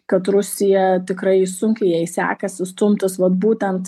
kad rusija tikrai sunkiai jai sekasi stumtis vat būtent